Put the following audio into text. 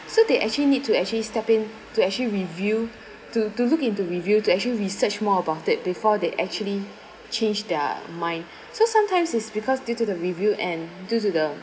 so they actually need to actually step in to actually review to to look into review to actually research more about it before they actually change their mind so sometimes it's because due to the review and due to the